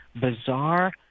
bizarre